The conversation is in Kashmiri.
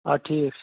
آ ٹھیٖک چھُ